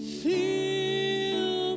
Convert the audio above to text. feel